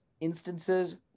instances